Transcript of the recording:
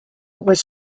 was